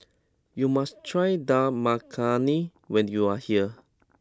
you must try Dal Makhani when you are here